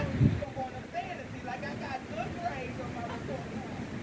um we're gonna go on a fantasy like i got good grades on my report.